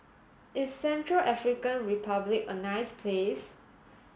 is Central African Republic a nice place